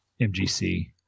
MGC